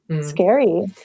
Scary